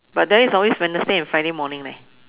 but then is always Wednesday and Friday morning leh